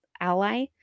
ally